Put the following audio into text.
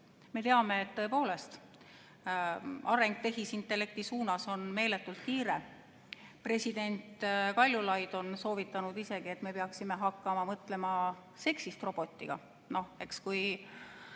Me teame, et tõepoolest on areng tehisintellekti suunas meeletult kiire. President Kaljulaid on isegi soovitanud, et me peaksime hakkama mõtlema seksist robotiga. Noh, kui